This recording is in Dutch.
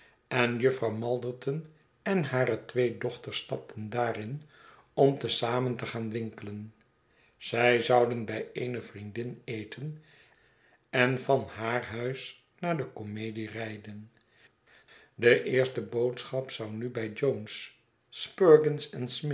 en jufvrouw malderton en hare twee dochters stapten daarin om te zamen te gaan winkelen zij zouden bij eene vriendin eten en van haar huis naar de komedie rijden de eerste boodschap zou nu bij jones